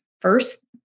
First